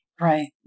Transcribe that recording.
Right